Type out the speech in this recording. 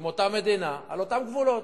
עם אותה מדינה, על אותם גבולות,